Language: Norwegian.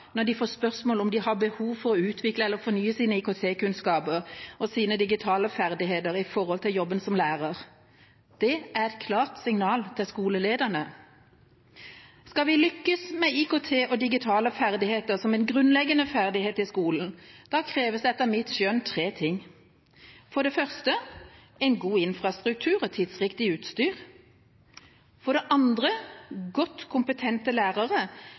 når de får spørsmål om de har behov for å utvikle eller fornye sine IKT-kunnskaper og sine digitale ferdigheter i jobben som lærer. Det er et klart signal til skolelederne. Skal vi lykkes med IKT og digitale ferdigheter som en grunnleggende ferdighet i skolen, kreves etter mitt skjønn tre ting: en god infrastruktur og tidsriktig utstyr godt kompetente lærere, med god kompetanse innen digital læremiddeldidaktikk – det